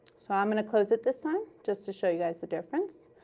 so i'm going to close it this time, just to show you guys the difference.